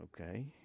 okay